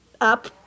up